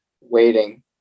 waiting